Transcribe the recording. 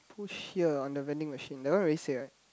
push here on the vending machine that one already say right